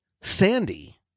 Sandy